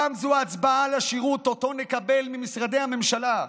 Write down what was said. הפעם זו הצבעה על השירות שאותו נקבל ממשרדי הממשלה.